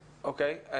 אוקיי.